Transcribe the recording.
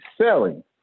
selling